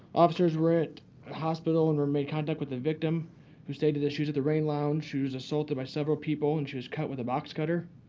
officers were at the ah hospital and were made contact with the victim who stated issues at the reign lounge. she was assaulted by several people and she was cut with a box cutter.